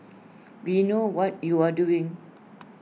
we know what you are doing